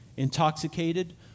Intoxicated